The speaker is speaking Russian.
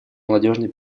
молодежной